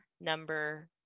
number